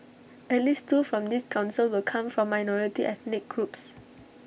at least two from this Council will come from minority ethnic groups